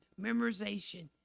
memorization